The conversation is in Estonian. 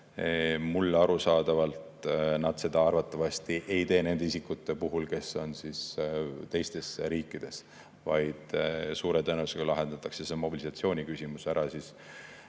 Mulle arusaadavalt nad seda arvatavasti ei tee nende isikute puhul, kes on teistes riikides, vaid suure tõenäosusega lahendatakse mobilisatsiooniküsimus ära